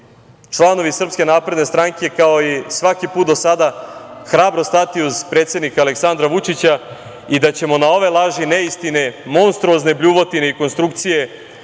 članovi SNS, kao i svaki put do sada hrabro stati uz predsednika Aleksandra Vučića, i da ćemo na ove laži i neistine, monstruozne bljuvotine i konstrukcije